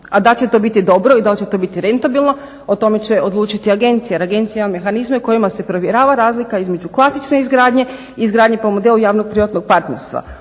A dal' će to biti dobro i dal' će to biti rentabilno o tome će odlučiti agencija. Jer agencija ima mehanizme u kojima se provjerava razlika između klasične izgradnje i izgradnje po modelu javno-privatnog partnerstva.